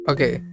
Okay